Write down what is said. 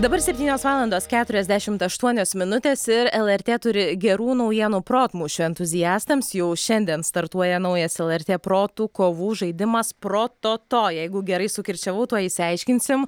dabar septynios valandos keturiasdešimt aštuonios minutės ir lrt turi gerų naujienų protmūšių entuziastams jau šiandien startuoja naujas lrt protų kovų žaidimas prototo jeigu gerai sukirčiavau tuoj išsiaiškinsim